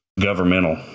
governmental